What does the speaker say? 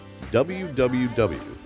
www